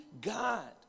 God